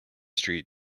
street